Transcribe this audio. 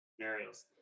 scenarios